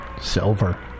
Silver